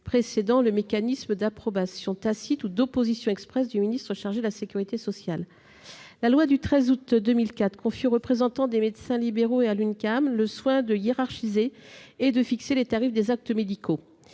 précédant le mécanisme d'approbation tacite ou d'opposition expresse du ministre chargé de la sécurité sociale. La loi du 13 août 2004 confie aux représentants des médecins libéraux et à l'UNCAM le soin de hiérarchiser et de fixer les tarifs des actes médicaux.